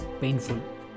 painful